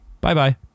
Bye-bye